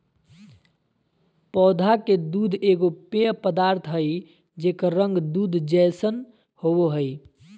पौधा के दूध एगो पेय पदार्थ हइ जेकर रंग दूध जैसन होबो हइ